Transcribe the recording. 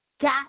got